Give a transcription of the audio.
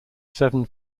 seven